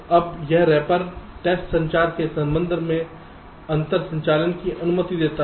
अब यह wrapper test संचार के संदर्भ में अंतर संचालन की अनुमति देता है